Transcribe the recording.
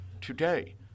today